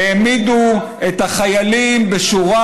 והעמידו את החיילים בשורה,